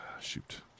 shoot